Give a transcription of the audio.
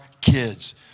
kids